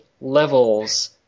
levels